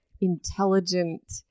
intelligent